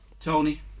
Tony